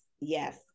yes